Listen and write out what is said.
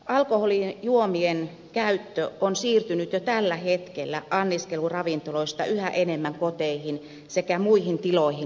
alkoholijuomien käyttö on siirtynyt jo tällä hetkellä anniskeluravintoloista yhä enemmän koteihin sekä muihin tiloihin ja tilaisuuksiin